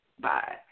bye